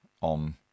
on